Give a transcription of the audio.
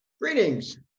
Greetings